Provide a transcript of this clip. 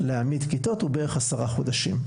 להעמיד כיתות הוא בערך 10 חודשים,